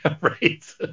right